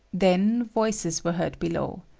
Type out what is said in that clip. then voices were heard below.